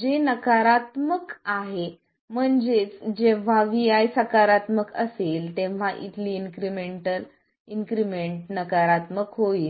जे नकारात्मक आहे म्हणजेच जेव्हा vi सकारात्मक असेल तेव्हा इथली इन्क्रिमेंट नकारात्मक होईल